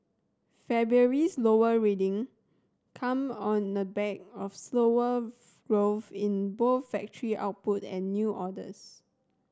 February's lower reading came on the back of slower growth in both factory output and new orders